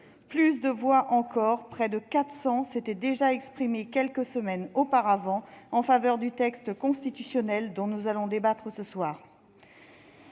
avec 332 voix « pour ». Près de 400 voix s'étaient déjà exprimées quelques semaines auparavant en faveur du texte constitutionnel dont nous allons débattre ce soir.